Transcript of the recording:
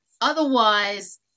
otherwise